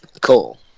cool